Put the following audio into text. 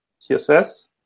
CSS